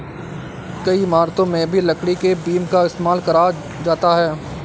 कई इमारतों में भी लकड़ी के बीम का इस्तेमाल करा जाता है